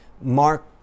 Mark